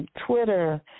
Twitter